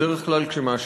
בדרך כלל כשמאשימים,